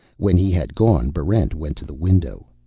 when he had gone, barrent went to the window.